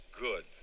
Good